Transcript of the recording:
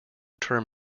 term